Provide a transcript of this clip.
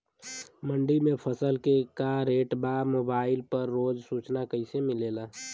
मंडी में फसल के का रेट बा मोबाइल पर रोज सूचना कैसे मिलेला?